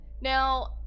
Now